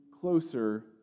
closer